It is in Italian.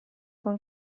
con